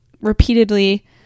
repeatedly